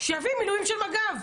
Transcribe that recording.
שיביא מילואים של מג"ב.